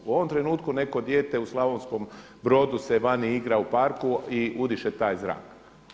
U ovom trenutku neko dijete u Slavonskom Brodu se vani igra u parku i udiše taj zrak.